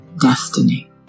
destiny